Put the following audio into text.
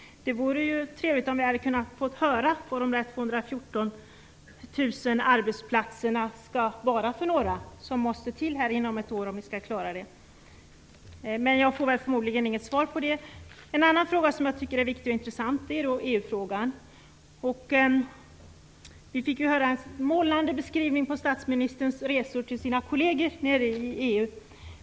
Det hade varit trevligt om vi hade kunnat få höra vilka de 214 000 platser skall vara som måste till inom ett år om vi skall klara detta. Men jag får förmodligen inget svar på det. En annan fråga som jag tycker är viktig och intressant är EU-frågan. Vi fick höra en målande beskrivning av statsministerns resor till sina kolleger i EU.